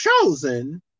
chosen